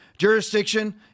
jurisdiction